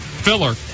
filler